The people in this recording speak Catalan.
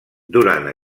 durant